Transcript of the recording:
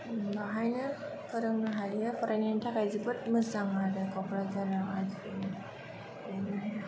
बाहायनो फोरोंनो हायो फरायनायनि थाखाय जोबोद मोजां मोनो ककराझाराव हाय